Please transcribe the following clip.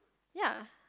ya